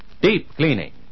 deep-cleaning